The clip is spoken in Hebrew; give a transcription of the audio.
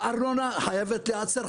הארנונה חייבת להיעצר.